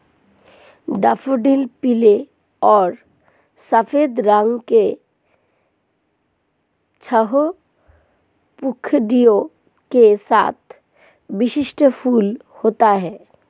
daffodil पीले और सफ़ेद रंग के छह पंखुड़ियों के साथ विशिष्ट फूल होते हैं